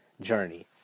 journey